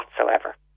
whatsoever